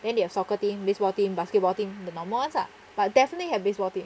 then they have soccer team baseball team basketball team the normal ones ah but definitely have baseball team